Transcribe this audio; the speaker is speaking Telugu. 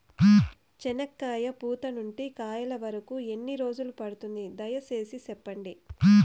చెనక్కాయ పూత నుండి కాయల వరకు ఎన్ని రోజులు పడుతుంది? దయ సేసి చెప్పండి?